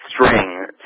string